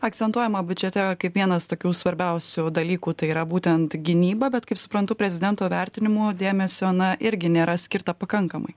akcentuojama biudžete kaip vienas tokių svarbiausių dalykų tai yra būtent gynyba bet kaip suprantu prezidento vertinimu dėmesio na irgi nėra skirta pakankamai